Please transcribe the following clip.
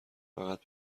فقط